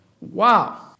Wow